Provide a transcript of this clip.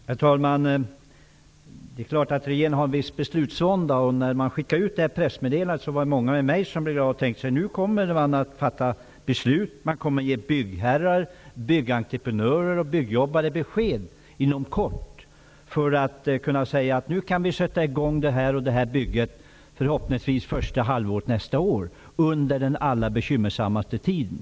Herr talman! Regeringen har en viss beslutsvånda. När pressmeddelandet skickades ut tänkte många med mig att man kommer att fatta beslut om att inom kort ge byggherrar, byggentreprenörer och byggjobbare besked att vissa byggen skall sättas i gång under förhoppningsvis första halvåret nästa år, dvs. den allra bekymmersammaste tiden.